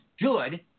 good